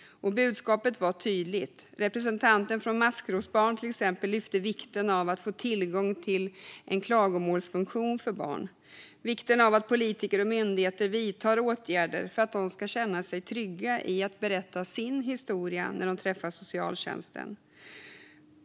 Budskapet var tydligt. Representanten från Maskrosbarn lyfte fram vikten av att få tillgång till en klagomålsfunktion för barn och vikten av att politiker och myndigheter vidtar åtgärder för att barn ska känna sig trygga i att berätta sin historia när de träffar socialtjänsten.